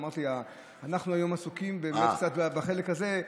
אמרתי שאנחנו היום עסוקים בחלק הזה,